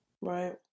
Right